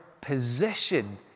position